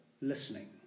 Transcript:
listening